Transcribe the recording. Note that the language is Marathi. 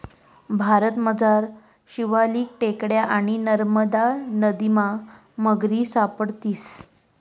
भारतमझार शिवालिक टेकड्या आणि नरमदा नदीमा मगरी सापडतीस